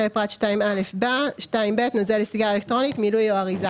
אחרי פרט (2א) בא: "(2ב) נוזל לסיגריה אלקטרונית - מילוי או אריזה".